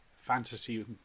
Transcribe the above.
fantasy